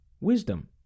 wisdom